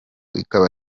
ikaba